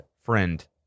friend